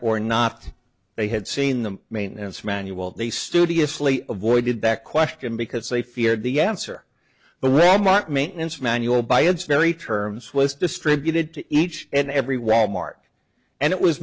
or not they had seen the maintenance manual they studiously avoided that question because they feared the answer the wal mart maintenance manual by its very terms was distributed to each and every wal mart and it was